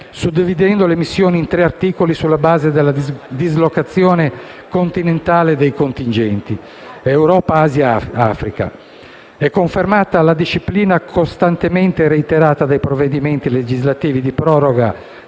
suddividendo le missioni in tre articoli sulla base della dislocazione continentale dei contingenti (Europa, Asia e Africa). È confermata la disciplina costantemente reiterata dai provvedimenti legislativi di proroga